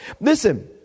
Listen